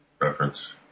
reference